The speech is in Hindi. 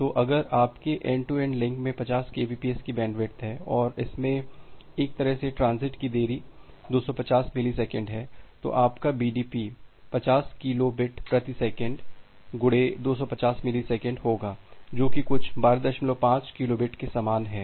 तो अगर आपके एंड टू एंड लिंक में 50 केबीपीएस की बैंडविड्थ है और इसमें एक तरह से ट्रांज़िट की देरी 250 मिलीसेकंड है तो आपका बीडीपी 50 किलो बिट प्रति सेकंड गुडे 250 मिलीसेकंड है जो की कुछ 125 किलो बिट के समान है